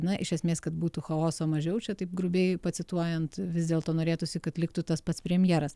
na iš esmės kad būtų chaoso mažiau čia taip grubiai pacituojant vis dėlto norėtųsi kad liktų tas pats premjeras